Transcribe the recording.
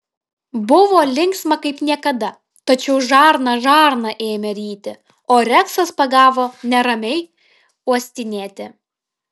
buvo linksma kaip niekada tačiau žarna žarną ėmė ryti o reksas pagavo neramiai uostinėti